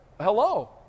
Hello